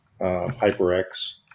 HyperX